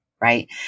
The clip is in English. Right